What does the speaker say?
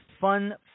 fun